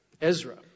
Ezra